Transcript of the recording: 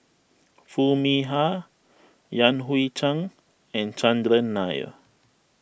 Foo Mee Har Yan Hui Chang and Chandran Nair